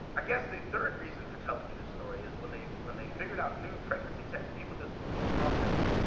ah guess the third reason for telling you this story is, when they, when they figured out new pregnancy tests, people just threw these frogs out.